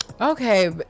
okay